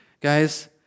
Guys